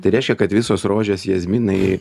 tai reiškia kad visos rožės jazminai